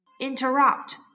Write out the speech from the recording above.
interrupt